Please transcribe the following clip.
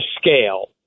scale